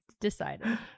decided